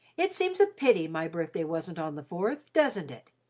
it seems a pity my birthday wasn't on the fourth, doesn't it?